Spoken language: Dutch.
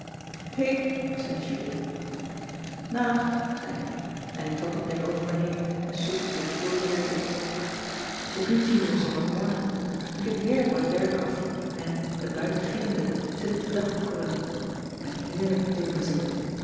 ter heul nacht zei ik en ik trok het dek over me heen en soesde weer glorierijk in t is nu tien uur zondagmorgen ik heb heerlijk mijn werk af en het buiten gietende zit ik te dagboekeren een heerlijke themazin